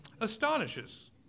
astonishes